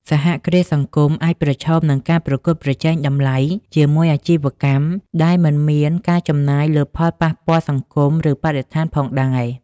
សហគ្រាសសង្គមអាចប្រឈមនឹងការប្រកួតប្រជែងតម្លៃជាមួយអាជីវកម្មដែលមិនមានការចំណាយលើផលប៉ះពាល់សង្គម ឬបរិស្ថានផងដែរ ។